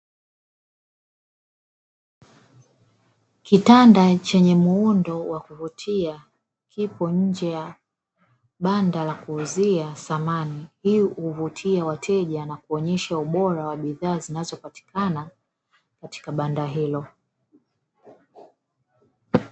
Kitanda chenye muundo wa kuvutia kipo nje ya banda la kuuzia samani ili kuvutia wateja na kuonesha ubora wa bidhaa zinazopatikana katika banda hilo.